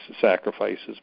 sacrifices